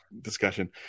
discussion